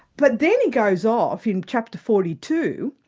but then he goes off in chapter forty two,